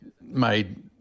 made